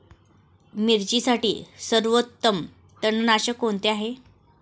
मिरचीसाठी सर्वोत्तम तणनाशक कोणते आहे?